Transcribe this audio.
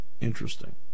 Interesting